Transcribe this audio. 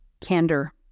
Candor